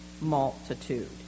multitude